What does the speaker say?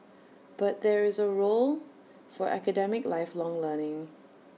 but there is A role for academic lifelong learning